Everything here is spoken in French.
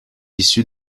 issu